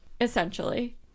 Essentially